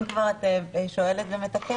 אם כבר את שואלת ומתקנת,